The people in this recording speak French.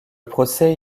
procès